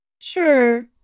Sure